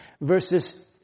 Verses